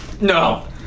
No